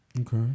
Okay